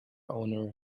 owner